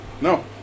No